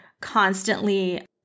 constantly